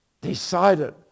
decided